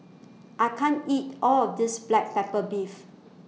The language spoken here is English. I can't eat All of This Black Pepper Beef